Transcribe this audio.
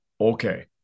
okay